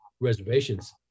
reservations